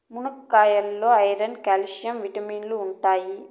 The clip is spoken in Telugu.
మునక్కాయాల్లో ఐరన్, క్యాల్షియం విటమిన్లు ఉంటాయి